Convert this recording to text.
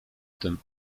tym